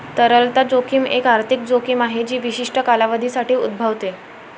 तरलता जोखीम एक आर्थिक जोखीम आहे जी विशिष्ट कालावधीसाठी उद्भवते